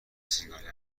سیگاری